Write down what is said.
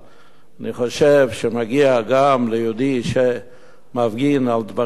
אני חושב שמגיע גם ליהודי שמפגין על דברים ערכיים,